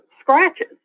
scratches